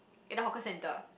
in the hawker centre